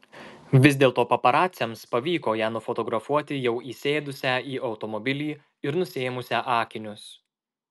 vis dėlto paparaciams pavyko ją nufotografuoti jau įsėdusią į automobilį ir nusiėmusią akinius